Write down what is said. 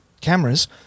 cameras